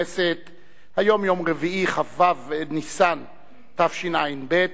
כ"ו בניסן התשע"ב,